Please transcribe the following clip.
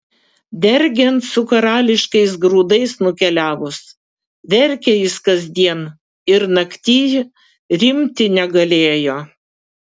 dergiant su karališkais grūdais nukeliavus verkė jis kasdien ir naktyj rimti negalėjo